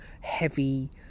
heavy